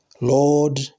Lord